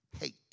hate